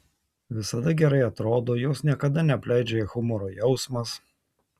visada gerai atrodo jos niekada neapleidžia humoro jausmas